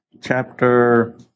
chapter